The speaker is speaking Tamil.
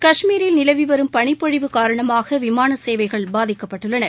கஷ்மீரில் நிலவி வரும் பனிப்பொழிவு காரணமாக விமான சேவைகள் பாதிக்கப்பட்டுள்ளன